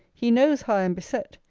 he knows how i am beset.